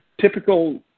typical